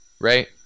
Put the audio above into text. right